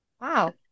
wow